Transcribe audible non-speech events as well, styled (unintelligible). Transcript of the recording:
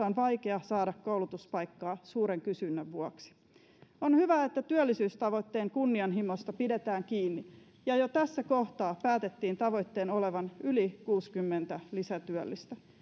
(unintelligible) on vaikea saada koulutuspaikkaa suuren kysynnän vuoksi on hyvä että työllisyystavoitteen kunnianhimosta pidetään kiinni ja jo tässä kohtaa päätettiin tavoitteen olevan yli kuusikymmentätuhatta lisätyöllistä